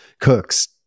cooks